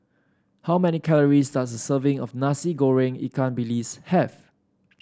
how many calories does a serving of Nasi Goreng Ikan Bilis have